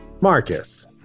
Marcus